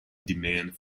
demand